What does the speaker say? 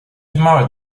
tamara